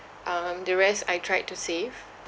um the rest I tried to save